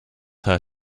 her